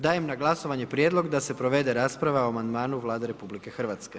Dajem na glasovanje Prijedlog da se provede rasprava o amandmanu Vladu RH.